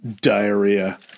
diarrhea